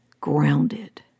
grounded